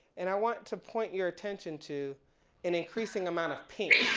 and i want to point your attention to an increasing amount of pinks.